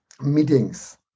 meetings